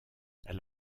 elle